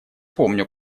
помню